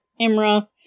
Imra